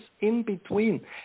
in-between